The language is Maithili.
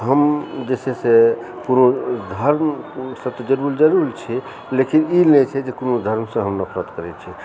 हम जे छै से कोनो धर्मके तऽ जरूर छी लेकिन ई नहि छै जे कोनो धर्मसँ हम नफरत करै छी